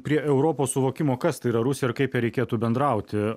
prie europos suvokimo kas tai yra rusija ir kaip reikėtų bendrauti